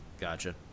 Gotcha